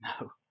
No